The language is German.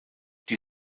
die